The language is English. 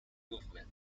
movement